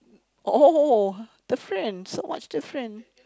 oh the French so much different